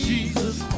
Jesus